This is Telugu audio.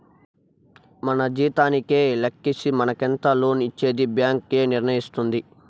మన జీతానికే లెక్కేసి మనకెంత లోన్ ఇచ్చేది బ్యాంక్ ఏ నిర్ణయిస్తుంది